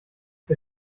der